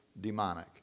demonic